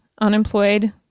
unemployed